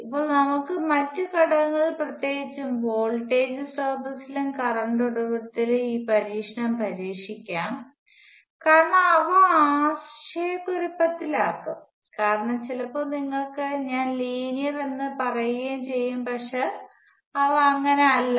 ഇപ്പോൾ നമുക്ക് മറ്റ് ഘടകങ്ങളിൽ പ്രത്യേകിച്ചും വോൾട്ടേജ് സ്രോതസ്സിലും കറന്റ് ഉറവിടത്തിലും ഈ പരീക്ഷണം പരീക്ഷിക്കാം കാരണം അവ ആശയക്കുഴപ്പത്തിലാക്കാം കാരണം ചിലപ്പോൾ നിങ്ങൾക്ക് ഞാൻ ലീനിയർ എന്ന് പറയുകയും ചെയ്യും പക്ഷേ അവ അങ്ങനെയല്ല